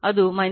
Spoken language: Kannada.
ಅದು 10 ಕೋನ 0